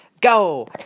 Go